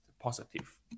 positive